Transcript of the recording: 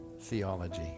theology